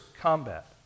combat